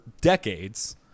decades